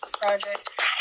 Project